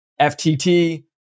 FTT